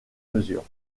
mesures